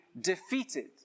defeated